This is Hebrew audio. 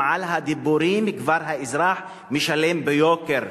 אם על הדיבורים כבר האזרח משלם ביוקר,